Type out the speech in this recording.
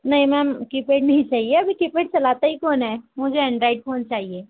नहीं ma'am keypad नहीं चाहिए अभी कीपैड चलता ही कौन है मुझे एंड्रॉइड फ़ोन चाहिए